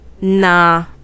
nah